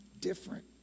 different